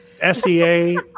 S-E-A